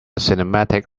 cinematic